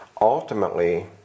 ultimately